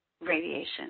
radiation